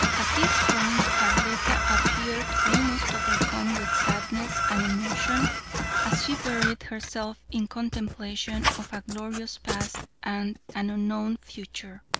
at this point arletta appeared almost overcome with sadness and emotion as she buried herself in contemplation of a glorious past and an unknown future.